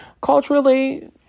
culturally